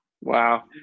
Wow